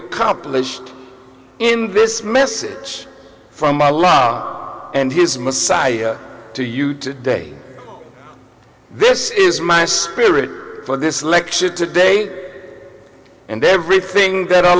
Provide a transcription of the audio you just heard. accomplished in this message from my love and his messiah to you today this is my spirit for this lecture today and everything that